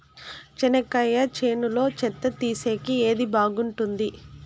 చెనక్కాయ చేనులో చెత్త తీసేకి ఏది బాగుంటుంది?